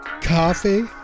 Coffee